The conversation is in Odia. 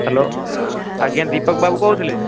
ହାଲୋ ଆଜ୍ଞା ଦୀପକ ବାବୁ କହୁଥିଲେ